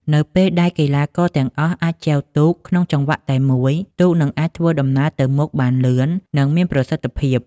នៅពេលដែលកីឡាករទាំងអស់អាចចែវក្នុងចង្វាក់តែមួយ ទូកនឹងអាចធ្វើដំណើរទៅមុខបានលឿន និងមានប្រសិទ្ធភាពខ្ពស់។